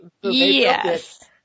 Yes